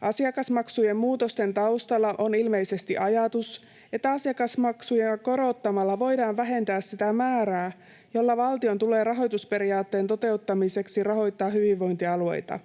Asiakasmaksujen muutosten taustalla on ilmeisesti ajatus, että asiakasmaksuja korottamalla voidaan vähentää sitä määrää, jolla valtion tulee rahoitusperiaatteen toteuttamiseksi rahoittaa hyvinvointialueita.